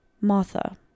Martha